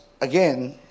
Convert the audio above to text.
again